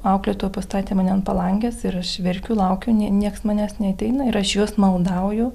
auklėtoja pastatė mane ant palangės ir aš verkiu laukiu niekas manęs neateina ir aš jos maldauju